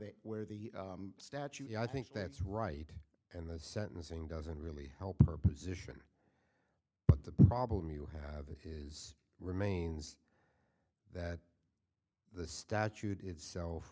they where the statute yeah i think that's right and the sentencing doesn't really help her position but the problem you have is remains that the statute itself